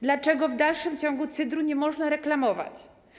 Dlaczego w dalszym ciągu cydru nie można reklamować?